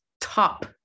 top